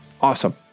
Awesome